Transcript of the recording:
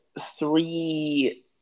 three